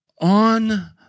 on